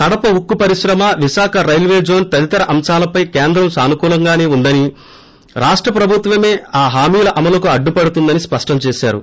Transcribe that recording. కడప ఉక్కు పరిశ్రమ Visakha railway zone తదితర అంశాలపై కేంద్రం సానుకూలంగానే ఉందని రాష్ట ప్రభుత్వమే ఆ హామీల అమలుకు అడ్డుపడుతోందని సృష్ణం చేశారు